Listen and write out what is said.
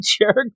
jerk